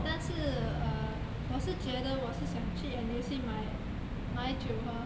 但是 err 我是觉得我是想去 N_T_U_C 买买酒喝